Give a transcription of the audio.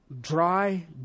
dry